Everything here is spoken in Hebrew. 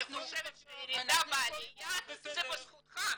אני חושבת שירידה בעליה זה בזכותך,